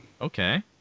Okay